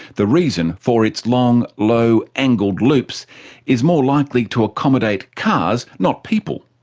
the reason for its long, low angled loops is more likely to accommodate cars, not people.